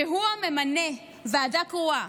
שהוא הממנה של ועדה קרואה,